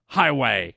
highway